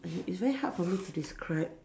it it's very hard for me to describe